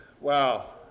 wow